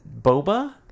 boba